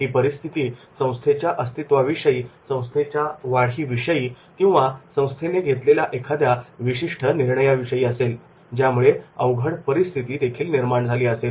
ही परिस्थिती संस्थेच्या अस्तित्वाविषयी संस्थेच्या वाढीविषयी किंवा संस्थेने घेतलेल्या एखाद्या विशिष्ट निर्णयाविषयी असेल ज्यामुळे अवघड परिस्थिती निर्माण झाली असेल